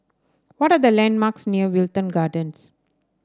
what are the landmarks near Wilton Gardens